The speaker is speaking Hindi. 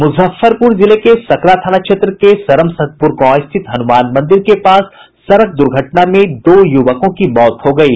मुजफ्फरपुर जिले के सकरा थाना क्षेत्र के सरम सतपुर गांव स्थित हनुमान मंदिर के पास सड़क दुर्घटना में दो युवकों की मौत हो गयी